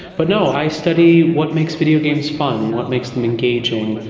but no, i study what makes videogames fun, what makes them engaging,